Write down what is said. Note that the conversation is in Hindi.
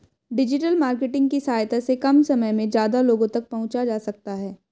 डिजिटल मार्केटिंग की सहायता से कम समय में ज्यादा लोगो तक पंहुचा जा सकता है